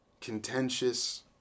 contentious